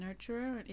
Nurturer